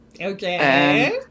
Okay